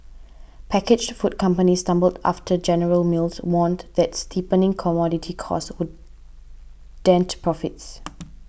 packaged food companies stumbled after General Mills warned that steepening commodity costs would dent profits